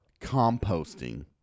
composting